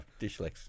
Dishlex